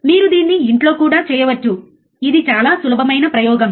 మీరు దీన్ని ఇంట్లో కూడా చేయవచ్చు ఇది చాలా సులభమైన ప్రయోగం